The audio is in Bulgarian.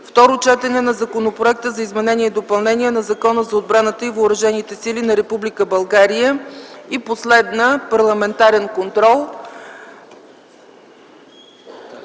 Второ четене на Законопроекта за изменение и допълнение на Закона за отбраната и въоръжените сили на Република България. Парламентарен контрол.”